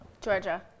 georgia